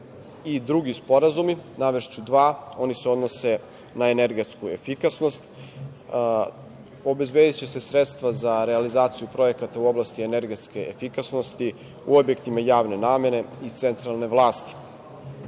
i drugi sporazumi. Navešću dva. Oni se odnose na energetsku efikasnost. Obezbediće se sredstva za realizaciju projekata u oblasti energetske efikasnosti u objektima javne namene i centralne vlasti. Prvi